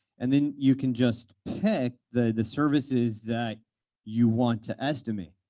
and then you can just pick the services that you want to estimate.